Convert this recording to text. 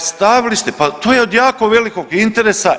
stavili ste, pa to je od jako velikog interesa.